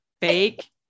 Fake